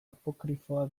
apokrifoa